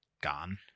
gone